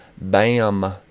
bam